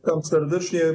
Witam serdecznie.